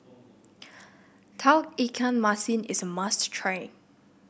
Tauge Ikan Masin is a must try